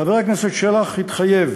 חבר הכנסת שלח התחייב